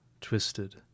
twisted